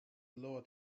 lower